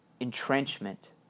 entrenchment